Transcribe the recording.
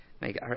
make